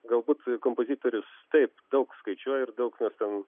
galbūt kompozitorius taip daug skaičiuoja ir daug mes ten